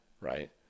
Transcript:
right